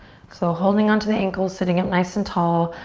so holding onto the ankles, sitting up nice and tall,